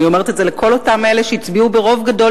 אני אומרת את זה לכל אותם אלה שהצביעו ברוב גדול